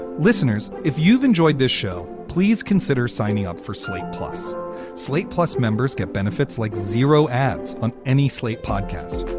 listeners, if you've enjoyed this show. please consider signing up for slate plus slate. plus, members get benefits like zero ads on any slate podcast.